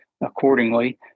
accordingly